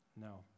no